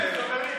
זה הכול.